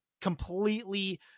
completely